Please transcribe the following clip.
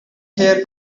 hair